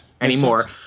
anymore